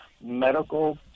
medical